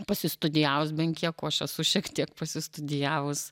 pasistudijavus ben kiek o aš esu šiek tiek pasistudijavus